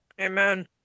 Amen